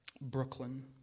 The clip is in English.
Brooklyn